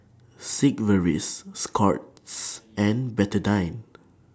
Sigvaris Scott's and Betadine